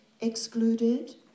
excluded